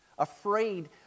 afraid